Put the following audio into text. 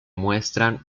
muestran